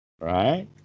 Right